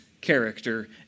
character